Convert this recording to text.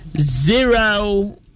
zero